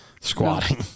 Squatting